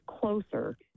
closer